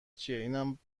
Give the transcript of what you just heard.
چیه؟ اینم